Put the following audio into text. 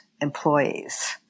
employees